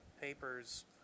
papers